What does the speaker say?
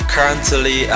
Currently